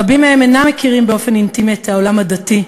רבים מהם אינם מכירים באופן אינטימי את העולם הדתי,